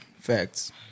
Facts